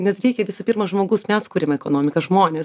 nes reikia visų pirma žmogus mes kuriam ekonomiką žmonės